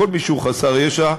כל מי שהוא חסר ישע,